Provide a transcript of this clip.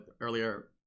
earlier